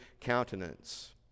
countenance